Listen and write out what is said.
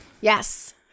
Yes